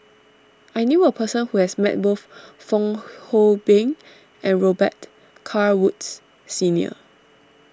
I knew a person who has met both Fong Hoe Beng and Robet Carr Woods Senior